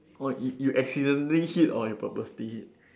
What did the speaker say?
oh you you accidentally hit or you purposely hit